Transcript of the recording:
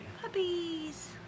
Puppies